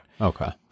Okay